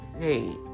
Hey